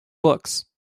books